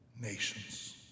nations